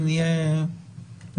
אם נהיה נדיבים.